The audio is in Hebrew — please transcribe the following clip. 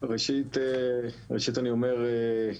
ראשית אני אומר,